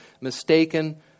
mistaken